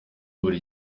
buri